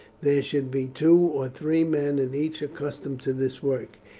there should be two or three men in each accustomed to this work.